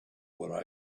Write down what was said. what